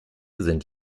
sind